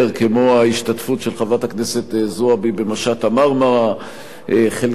כמו ההשתתפות של חברת הכנסת זועבי במשט ה"מרמרה"; חלקם